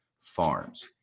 Farms